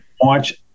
watch